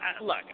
Look